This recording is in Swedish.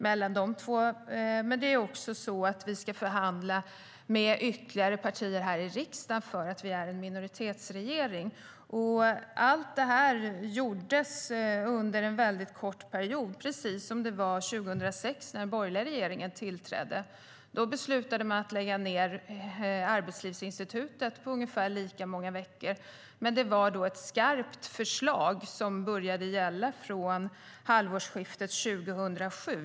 Men vi ska också förhandla med ytterligare partier här i riksdagen eftersom vi är en minoritetsregering. Allt gjordes under en kort period, precis som 2006 när den borgerliga regeringen tillträdde. Då beslutade man att lägga ned Arbetslivsinstitutet på ungefär lika många veckor. Men det var ett skarpt förslag som började gälla från halvårsskiftet 2007.